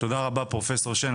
תודה רבה פרופ' שיין.